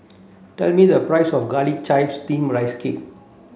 tell me the price of garlic chives steamed rice cake